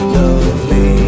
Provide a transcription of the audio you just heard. lovely